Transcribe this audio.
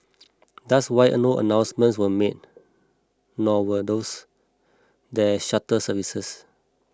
thus why a no announcements were made nor were those there shuttle services